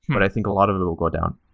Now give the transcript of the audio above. but i think a lot of it will go down.